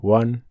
one